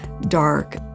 dark